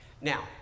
Now